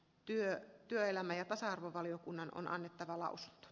työt työelämä ja tasa arvovaliokunnan on annettava laus